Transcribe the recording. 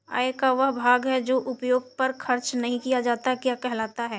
आय का वह भाग जो उपभोग पर खर्च नही किया जाता क्या कहलाता है?